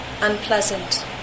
unpleasant